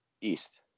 east